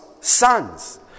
sons